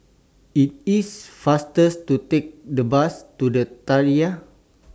IT IS faster to Take The Bus to The Tiara